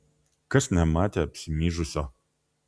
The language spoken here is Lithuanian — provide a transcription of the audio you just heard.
kas nematė apsimyžusio